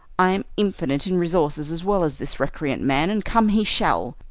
i am infinite in resources as well as this recreant man, and come he shall.